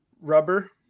rubber